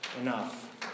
enough